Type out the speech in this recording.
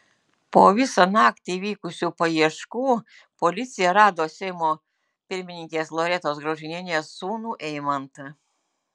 po visą naktį vykusių paieškų policija rado seimo pirmininkės loretos graužinienės sūnų eimantą